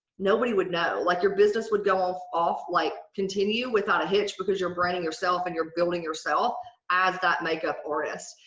nobody would know. like, your business would go off off like continue without a hitch because you're branding yourself and you're building yourself as that makeup artist.